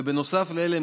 ובנוסף לאלה,